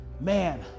Man